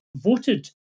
voted